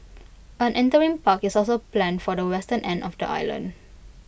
an interim park is also planned for the western end of the island